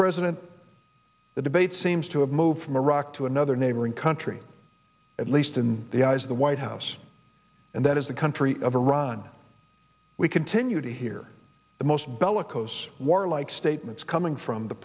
president the debate seems to have moved from iraq to another neighboring country at least in the eyes of the white house and that is the country of iran we continue to hear the most bellicose warlike statements coming from the